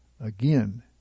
Again